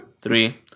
three